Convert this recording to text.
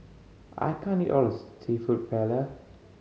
I can't eat all of this Seafood Paella